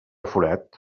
forat